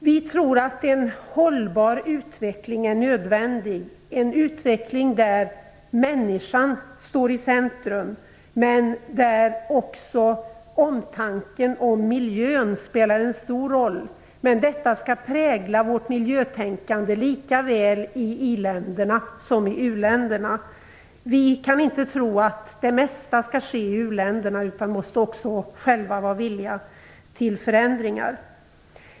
Vi tror att en hållbar utveckling är nödvändig - en utveckling där människan står i centrum men där också omtanken om miljön spelar en stor roll. Men detta skall prägla vårt miljötänkande lika väl i i-länderna som i u-länderna. Vi kan inte tro att det mesta skall ske i u-länderna utan måste också själva vara villiga till förändringar.